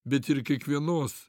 bet ir kiekvienos